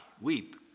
Weep